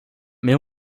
mais